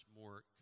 more